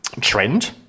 trend